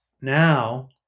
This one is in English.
Now